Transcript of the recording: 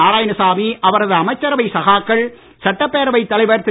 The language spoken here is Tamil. நாராயணசாமி அவரது அமைச்சரவை சகாக்கள் சட்டப்பேரவைத் தலைவர் திரு